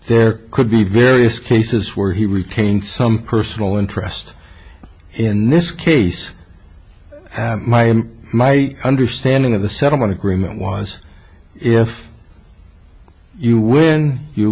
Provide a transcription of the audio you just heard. there could be various cases where he retained some personal interest in this case my understanding of the settlement agreement was if you win you